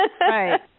right